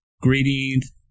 Greetings